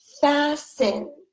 fasten